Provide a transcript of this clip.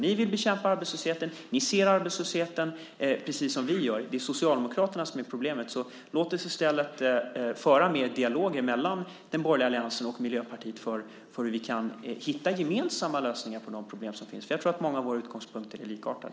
Ni vill bekämpa arbetslösheten. Ni ser arbetslösheten, precis som vi gör. Det är Socialdemokraterna som är problemet. Låt oss i stället föra en dialog mellan den borgerliga alliansen och Miljöpartiet för att hitta gemensamma lösningar på problemen. Jag tror att många av våra utgångspunkter är likartade.